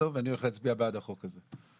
ואני הולך להצביע בעד החוק הזה.